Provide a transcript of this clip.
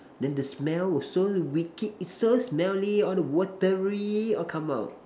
then the smell was so wicked it's so smelly all the watery all come out